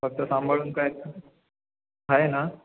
फक्त सांभाळून काय आहे ना